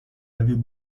avaient